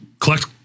collect